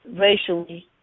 racially